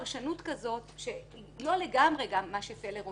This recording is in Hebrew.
פרשנות כזאת שהיא לא לגמרי גם מה שפלר אומר.